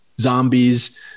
zombies